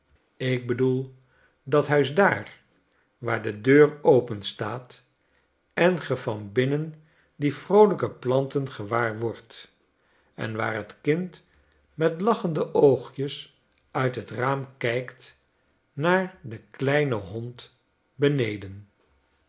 ik bedoel new-york dat huis daar waar de deur openstaat en ge van binnen die vroolijke pi ant en gewaar wordt en waar t kind met lachende oogjes uit het raam kijkt naar den kleinen hond beneden